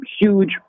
huge